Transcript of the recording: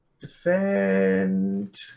Defend